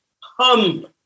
Hum